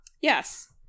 Yes